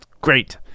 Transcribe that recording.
great